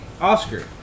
oscar